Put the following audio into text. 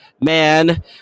man